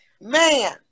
Man